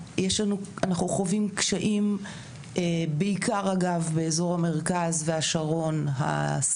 יש גם הרבה מונחים, גם בזה בטח נדון, משלבת.